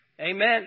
Amen